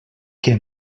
què